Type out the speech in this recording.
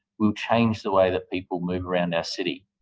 will change the way that people move around our city.